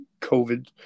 COVID